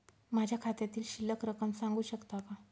माझ्या खात्यातील शिल्लक रक्कम सांगू शकता का?